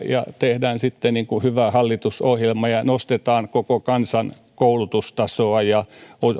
tehdään sitten hyvä hallitusohjelma ja nostetaan koko kansan koulutustasoa ja